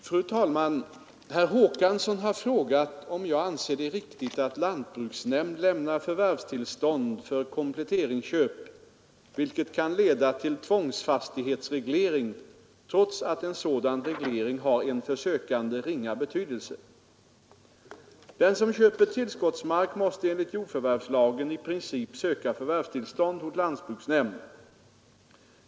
Fru talman! Herr Håkansson har frågat om jag anser det riktigt att lantbruksnämnd lämnar förvärvstillstånd för kompletteringsköp vilket kan leda till tvångsfastighetsreglering trots att en sådan reglering har en för sökande ringa betydelse. Den som köper tillskottsmark måste enligt jordförvärvslagen i princip söka förvärvstillstånd hos lantbruksnämnd.